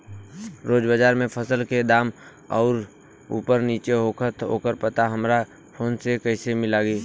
रोज़ बाज़ार मे फसल के दाम ऊपर नीचे होखेला त ओकर पता हमरा फोन मे कैसे लागी?